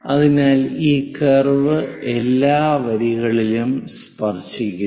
അതിനാൽ ഈ കർവ് എല്ലാ വരികളിലും സ്പർശിക്കും